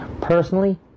...personally